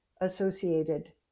associated